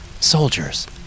soldiers